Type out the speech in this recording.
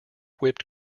whipped